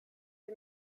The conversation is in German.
sie